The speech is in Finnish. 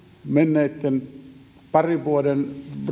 menneitten parin vuoden